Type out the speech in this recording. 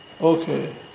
Okay